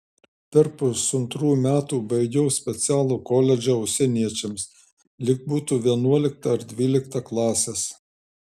per pusantrų metų baigiau specialų koledžą užsieniečiams lyg būtų vienuolikta ir dvylikta klasės